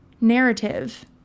narrative